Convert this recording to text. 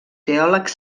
teòleg